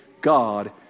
God